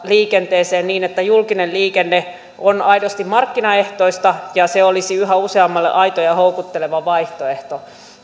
liikenteeseen niin että julkinen liikenne on aidosti markkinaehtoista ja se olisi yhä useammalle aito ja houkutteleva vaihtoehto